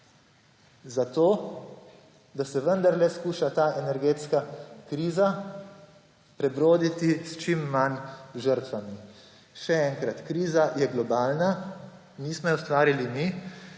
za to, da se vendarle skuša ta energetska kriza prebroditi s čim manj žrtvami. Še enkrat, kriza je globalna, nismo je ustvarili mi.